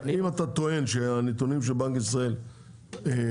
אם אתה טוען שהנתונים שבנק ישראל אומר,